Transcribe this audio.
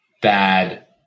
bad